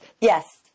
Yes